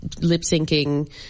lip-syncing